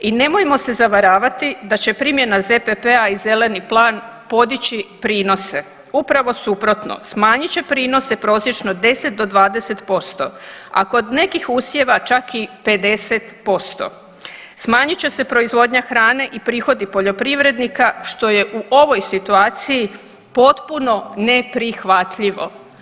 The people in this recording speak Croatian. I nemojmo se zavaravati da će primjena ZPP-a i zeleni plan podići prinose, upravo suprotno smanjit će prinose prosječno 10 do 20%, a kod nekih usjeva čak i 50%, smanjit će se proizvodnja hrane i prihodi poljoprivrednika što je u ovoj situaciji potpuno neprihvatljivo.